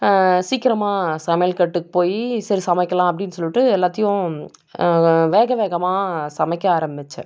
சீக்கிரமாக சமையல் கட்டுக்கு போய் சரி சமைக்கலாம் அப்படின்னு சொல்லிட்டு எல்லாத்தையும் வேக வேகமாக சமைக்க ஆரமித்தேன்